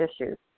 issues